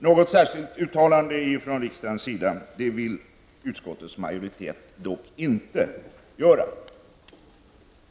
Något särskilt uttalande från riksdagens sida vill utskottets majoritet dock inte göra.